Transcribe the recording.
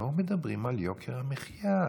לא מדברים על יוקר המחיה.